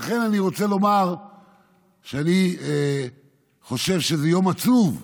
לכן, אני רוצה לומר שאני חושב שזה יום עצוב.